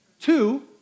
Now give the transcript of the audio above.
Two